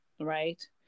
right